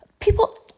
people